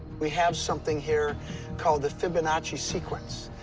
we have something here called the fibonacci sequence.